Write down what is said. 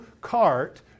cart